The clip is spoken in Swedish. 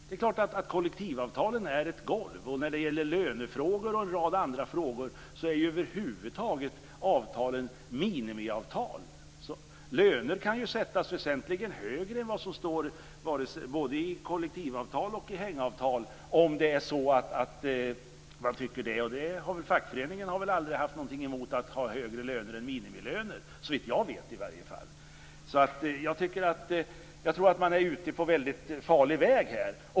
Det är klart att kollektivavtalen anger ett golv. När det gäller lönefrågor och andra frågor är avtalen över huvud taget minimiavtal. Löner kan sättas väsentligt högre än vad som står i både kollektivavtal och hängavtal, om man nu vill det. Såvitt jag vet har väl fackföreningarna aldrig haft någonting emot högre löner än minimilöner. Jag tror att man är ute på väldigt farlig väg här.